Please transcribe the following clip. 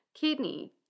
kidney